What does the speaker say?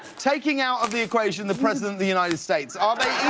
taking out of the equation the president of the united states. are they